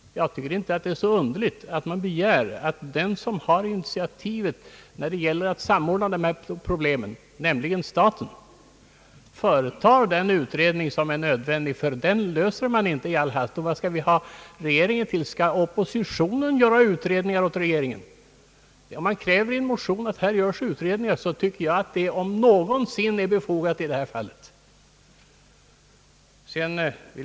Jag finner det inte så underligt att man begär att den som har initiativet när det gäller att samordna dessa problem och deras lösning, nämligen staten, företar den utredning som är nödvändig. Man löser inte dessa frågor i all hast, och vad skall vi ha regeringen till? Skall oppositionen göra utredningar åt regeringen? Kräver man i en motion att utredningar skall göras så tycker jag att detta om någonsin är befogat i det här fallet.